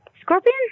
Scorpion